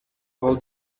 all